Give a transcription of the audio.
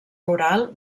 rural